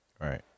Right